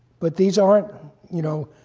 but these aren't you know,